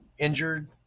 injured